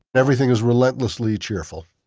everything is relentlessly cheerful.